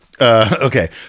okay